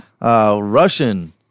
russian